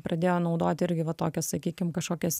pradėjo naudot irgi va tokias sakykim kažkokias